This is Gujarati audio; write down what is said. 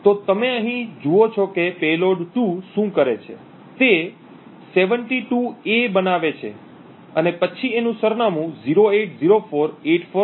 તો તમે અહીં જુઓ છો કે પેલોડ 2 શું કરે છે તે 72 'A' બનાવે છે અને પછી એનું સરનામું 0804849B